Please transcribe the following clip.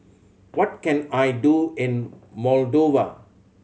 what can I do in Moldova